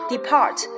Depart